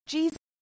Jesus